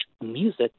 music